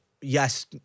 yes